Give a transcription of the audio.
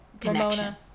connection